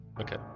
Okay